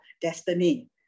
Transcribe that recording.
destiny